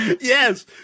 yes